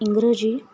इंग्रजी